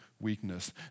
weakness